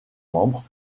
membres